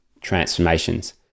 transformations